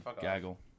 Gaggle